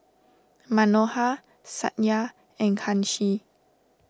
Manohar Satya and Kanshi